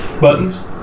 Buttons